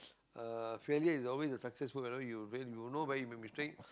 uh failure is always a successful whenever you you know where you make mistake